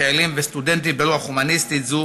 חיילים וסטודנטים ברוח הומניסטית זו,